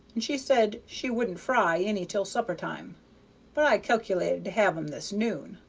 and she said she wouldn't fry any til supper-time but i calc'lated to have em this noon.